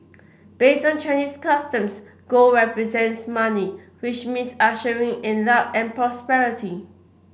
based on Chinese customs gold represents money which means ushering in luck and prosperity